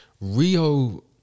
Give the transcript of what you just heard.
Rio